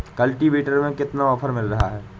Cultivator में कितना offer मिल रहा है?